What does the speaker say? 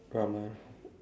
ramen